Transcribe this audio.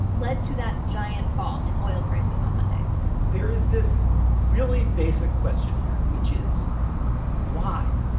led to that giant fall in oil prices on monday there is this really basic question here, which is why?